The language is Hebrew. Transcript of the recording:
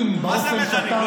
על יהודים מותר.